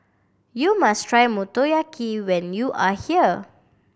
you must try Motoyaki when you are here